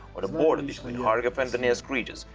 but border between kharkov and donetsk regions.